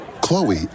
Chloe